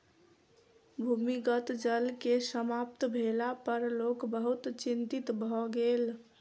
भूमिगत जल के समाप्त भेला पर लोक बहुत चिंतित भ गेल